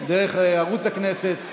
דרך ערוץ הכנסת.